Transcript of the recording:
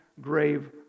grave